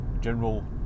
general